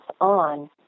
on